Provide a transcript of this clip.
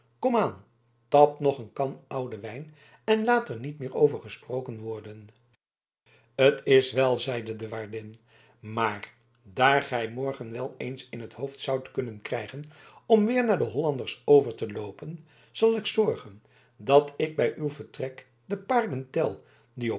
komaan tap nog een kan ouden wijn en laat er niet meer over gesproken worden t is wel zeide de waardin maar daar gij morgen wel eens in t hoofd zoudt kunnen krijgen om weer naar de hollanders over te loopen zal ik zorgen dat ik bij uw vertrek de paarden tel die